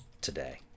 today